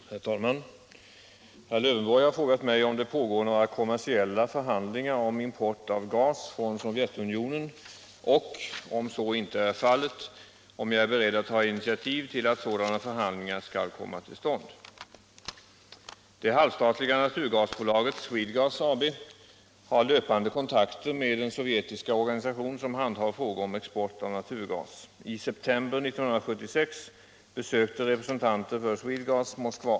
Herr talman! Herr Lövenborg har frågat mig om det pågår några kommersiella förhandlingar om import av gas från Sovjetunionen och, om så inte är fallet, om jag är beredd att ta initiativ till att sådana förhandlingar skall komma till stånd. Det halvstatliga naturgasbolaget Swedegas AB har löpande kontakter med den sovjetiska organisation som handhar frågor om export av naturgas. I september 1976 besökte representanter för Swedegas Moskva.